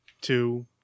two